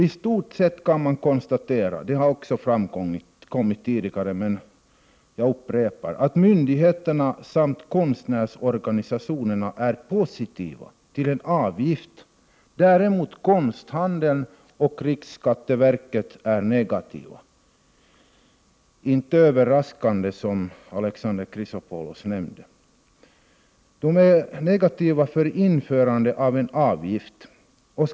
I stort sett kan man konstatera att myndigheterna samt konstnärsorganisationerna är positiva till en avgift. Däremot är konsthandeln och riksskatteverket negativa till införandet av en avgift — inte överraskande, som Alexander Chrisopoulos nämnde.